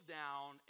down